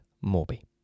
Morbi